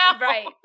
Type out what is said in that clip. right